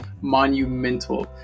monumental